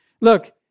Look